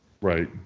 Right